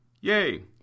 Yay